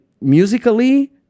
musically